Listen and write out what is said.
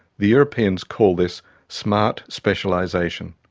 the europeans call this smart specialisation.